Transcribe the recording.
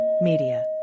media